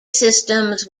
systems